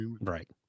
Right